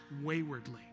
waywardly